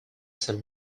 some